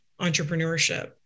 entrepreneurship